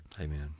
Amen